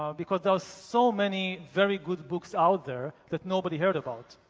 because there are so many very good books out there that nobody heard about.